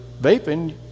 vaping